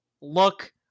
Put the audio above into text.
look